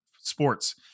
sports